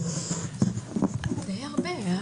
די הרבה.